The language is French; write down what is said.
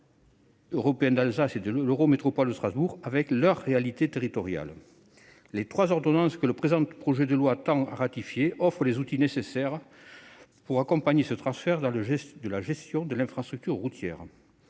en cohérence de la CEA et de l'Eurométropole de Strasbourg avec leurs réalités territoriales. Les trois ordonnances que le présent projet de loi tend à ratifier offrent les outils nécessaires pour accompagner ce transfert de la gestion de l'infrastructure routière.